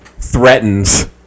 threatens